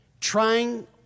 trying